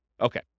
Okay